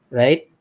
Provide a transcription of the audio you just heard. right